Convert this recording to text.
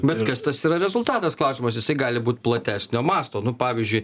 bet kas tas yra rezultatas klausimas jisai gali būt platesnio masto nu pavyzdžiui